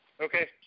Okay